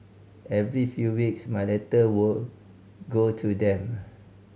every few weeks my letter would go to them